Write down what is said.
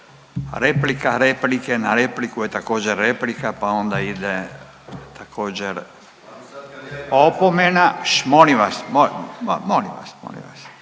Replika replike na repliku je također replika pa onda ide također opomena. Šš, molim vas, molim vas,